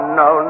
no